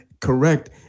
correct